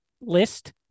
list